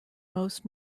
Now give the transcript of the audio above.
most